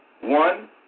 One